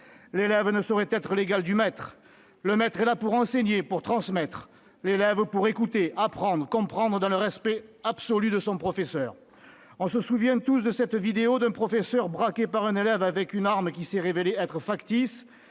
L'élève ne saurait être l'égal du maître. Le maître est là pour enseigner, pour transmettre ; l'élève pour écouter, apprendre, comprendre dans le respect absolu de son professeur. On se souvient tous de cette vidéo d'un professeur braqué par un élève avec une arme qui s'est révélée être factice,